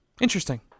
Interesting